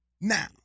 Now